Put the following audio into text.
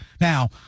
Now